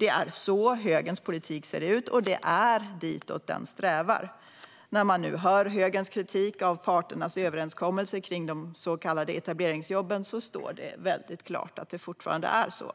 Det är så högerns politik ser ut, och det är ditåt den strävar. När man nu hör högerns kritik av parternas överenskommelse kring de så kallade etableringsjobben står det väldigt klart att det fortfarande är så.